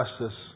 justice